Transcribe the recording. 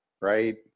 right